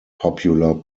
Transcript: popular